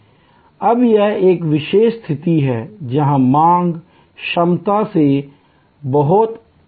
अब यह एक विशेष स्थिति है जहां मांग क्षमता से बहोत अधिक है